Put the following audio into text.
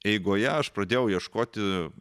eigoje aš pradėjau ieškoti